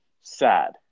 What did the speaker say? Sad